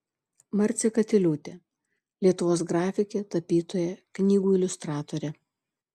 marcė katiliūtė lietuvos grafikė tapytoja knygų iliustratorė